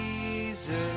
Jesus